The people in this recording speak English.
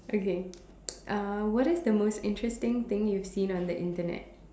okay uh what is the most interesting thing you've seen on the Internet